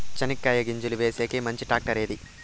చెనక్కాయ గింజలు వేసేకి మంచి టాక్టర్ ఏది?